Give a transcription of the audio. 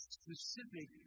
specific